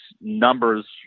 numbers